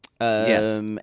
yes